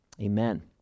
Amen